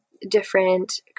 different